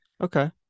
okay